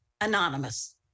Anonymous